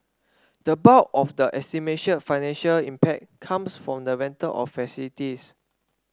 the bulk of the financial impact comes from the rental of facilities